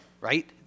right